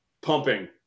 pumping